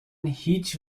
هیچ